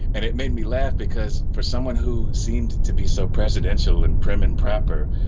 and it made me laugh because for someone who seemed to be so presidential and prim and proper,